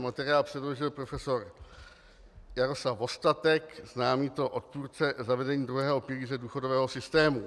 Materiál předložil profesor Jaroslav Vostatek, známý to odpůrce zavedení druhého pilíře důchodového systému.